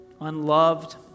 unloved